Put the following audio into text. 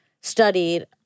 studied